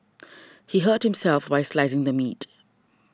he hurt himself while slicing the meat